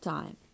Time